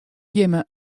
jimme